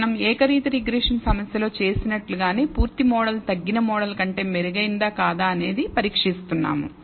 మనం ఏకరీతి రిగ్రెషన్ సమస్య లో చేసినట్లుగానే పూర్తి మోడల్ తగ్గిన మోడల్ కంటే మెరుగైనదా కాదా అని పరీక్షిస్తున్నాము